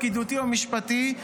פקידותי או משפטי,